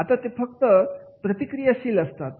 आता ते फक्त प्रतिक्रियाशील असतात